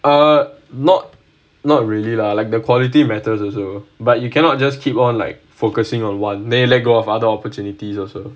uh not not really lah like the quality matters also but you cannot just keep on like focusing one then let go of other opportunities also